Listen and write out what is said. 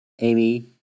Amy